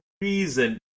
reason